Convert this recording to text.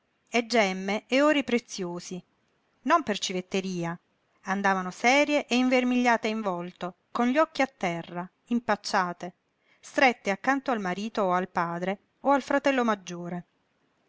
e gemme e ori preziosi non per civetteria andavano serie e invermigliate in volto con gli occhi a terra impacciate strette accanto al marito o al padre o al fratello maggiore